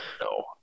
No